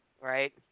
right